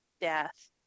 death